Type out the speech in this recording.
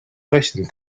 rechnen